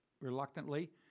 reluctantly